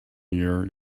year